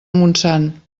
montsant